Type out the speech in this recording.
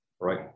Right